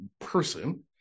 person